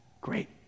Great